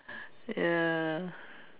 ya